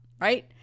right